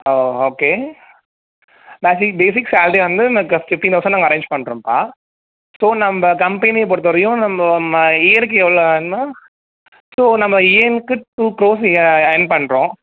ஆ okay basic salary வந்து நாங்கள் fifteen thousand நாங்கள் அரேஞ்ச் பண்ணுறோம்பா ஸோ நம்ப கம்பெனியை பொறுத்த வரையும் நம்ப ம இயருக்கு எவ்வளோனா ஸோ நம்ம யேர்னுக்கு டூ க்ரோர்ஸ் யேர்ன் பண்ணுறோம்